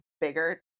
bigger